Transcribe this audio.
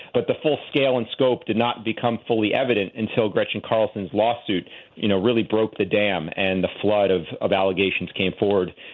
but the full scale and scope did not become fully evident until gretchen carlson's lawsuit you know broke the dam and the flood of of allegations came forward.